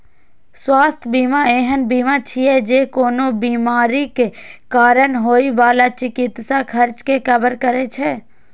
स्वास्थ्य बीमा एहन बीमा छियै, जे कोनो बीमारीक कारण होइ बला चिकित्सा खर्च कें कवर करै छै